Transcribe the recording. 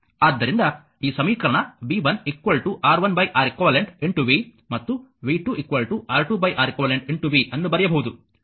ಆದ್ದರಿಂದ ಈ ಸಮೀಕರಣ v1 R1 R eq v ಮತ್ತು v2 R2 R eq v ಅನ್ನು ಬರೆಯಬಹುದು